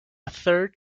third